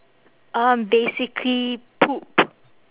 um basically poop